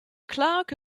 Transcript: clark